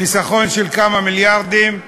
חיסכון של כמה מיליארדים.